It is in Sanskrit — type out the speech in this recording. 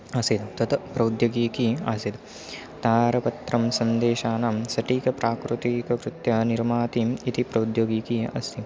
आसीत् तत् प्रौद्योगिकी आसीत् तारपत्रं सन्देशानां सटीकप्राकृतीककृत्या निर्मातुम् इति प्रौद्योगिकी अस्ति